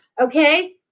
Okay